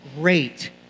great